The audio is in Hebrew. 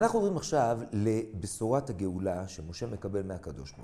אנחנו עוברים עכשיו לבשורת הגאולה שמשה מקבל מהקדוש ביותר.